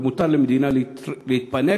ומותר למדינה להתפנק